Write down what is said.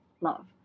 love